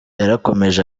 yarakomeje